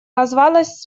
называлась